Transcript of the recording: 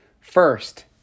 First